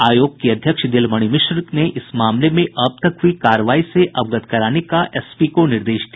आयोग की अध्यक्ष दिलमणि मिश्र ने इस मामले में अब तक हुई कार्रवाई से अवगत कराने का एसपी को निर्देश दिया